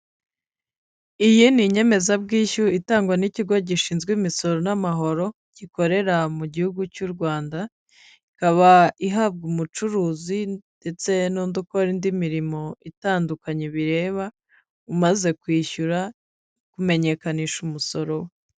Iyi ni inyemezabwishyu itangwa n'ikigo gishinzwe imisoro n'amahoro gikorera mu gihugu cy'u Rwanda, ikaba ihabwa umucuruzi ndetse n'undi ukora indi mirimo itandukanye bireba, umaze kwishyura, kumenyekanisha umusoro...